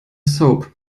soap